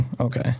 okay